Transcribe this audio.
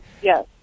yes